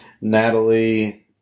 Natalie